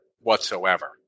whatsoever